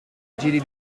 giri